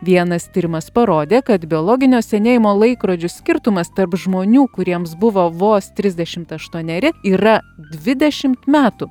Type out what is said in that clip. vienas tyrimas parodė kad biologinio senėjimo laikrodžių skirtumas tarp žmonių kuriems buvo vos trisdešimt aštuoneri yra dvidešimt metų